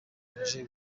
aje